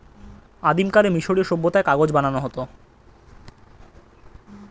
আদিমকালে মিশরীয় সভ্যতায় কাগজ বানানো হতো